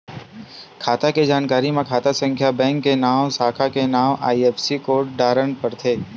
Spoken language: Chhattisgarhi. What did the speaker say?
खाता के जानकारी म खाता संख्या, बेंक के नांव, साखा के नांव, आई.एफ.एस.सी कोड डारना परथे